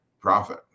profit